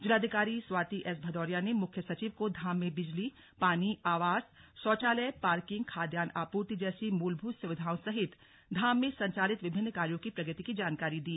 जिलाधिकारी स्वाति एस भदौरिया ने मुख्य सचिव को धाम में बिजली पानी आवास शौचायल पार्किंग खाद्यान्न आपूर्ति जैसी मूलभूत सुविधाओं सहित धाम में संचालित विभिन्न कार्यो की प्रगति की जानकारी दी